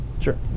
Sure